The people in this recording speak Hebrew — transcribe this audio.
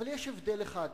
אבל יש הבדל אחד: